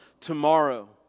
tomorrow